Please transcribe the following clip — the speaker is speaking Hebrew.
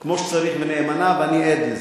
את עושה את עבודתך כמו שצריך, נאמנה, ואני עד לזה.